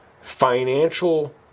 financial